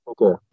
Okay